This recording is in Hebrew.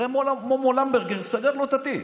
הרי מומו למברגר סגר לו את התיק.